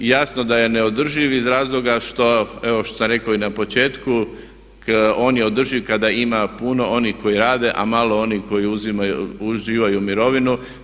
Jasno da je neodrživ iz razloga što, evo što sam rekao i na početku, on je održiv kada ima puno onih koji rade, a malo onih koji uživaju mirovinu.